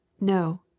No